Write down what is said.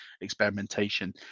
experimentation